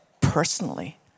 personally